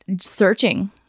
searching